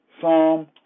Psalm